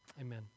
amen